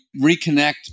reconnect